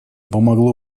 помогло